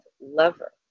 lover